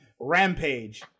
rampage